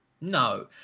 No